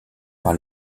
par